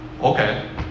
Okay